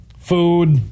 Food